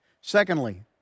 Secondly